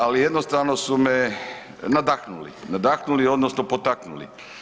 Ali jednostavno su me nadahnuli, nadahnuli odnosno potaknuli.